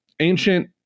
Ancient